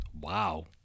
wow